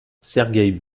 sergueï